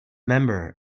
member